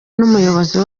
n’umuyobozi